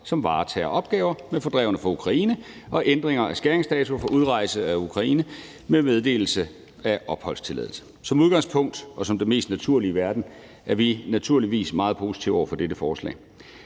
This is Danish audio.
som varetager opgaver med fordrevne fra Ukraine, og ændring af skæringsdato for udrejse af Ukraine ved meddelelse af opholdstilladelse. Som udgangspunkt og som det mest naturlige i verden er vi naturligvis meget positive over for dette forslag.